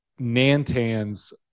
Nantans